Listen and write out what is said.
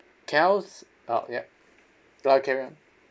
can I al~ uh yup no carry on